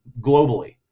globally